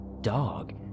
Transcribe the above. dog